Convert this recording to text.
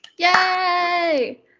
Yay